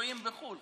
שתקועים בחו"ל.